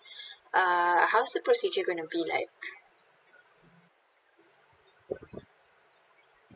uh how's the procedure going to be like